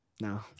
No